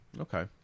Okay